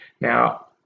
now